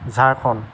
Jharkhand